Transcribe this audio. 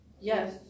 Yes